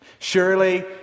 Surely